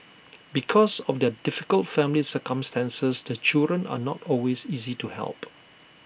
because of their difficult family circumstances the children are not always easy to help